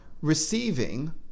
receiving